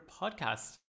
podcast